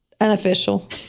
unofficial